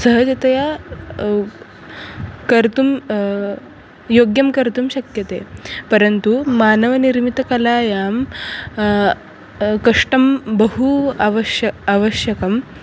सहजतया कर्तुं योग्यं कर्तुं शक्यते परन्तु मानवनिर्मितकलायां कष्टं बहु आवश्यकम् आवश्यकम्